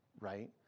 right